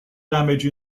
damage